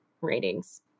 ratings